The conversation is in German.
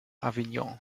avignon